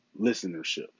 listenership